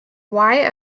wye